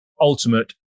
ultimate